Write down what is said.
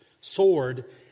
sword